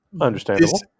Understandable